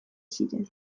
ziren